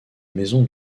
maison